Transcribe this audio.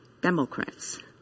Democrats